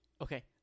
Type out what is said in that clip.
okay